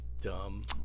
Dumb